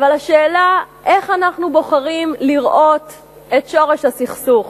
אבל השאלה איך אנחנו בוחרים לראות את שורש הסכסוך.